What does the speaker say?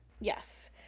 Yes